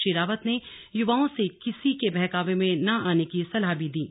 श्री रावत ने युवाओं से किसी के बहकावे में नहीं आने की सलाह भी दी है